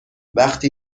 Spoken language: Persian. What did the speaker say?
وقتی